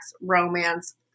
romance